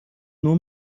nur